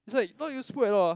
it's like not useful at all uh